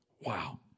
Wow